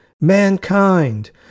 mankind